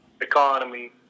economy